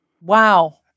Wow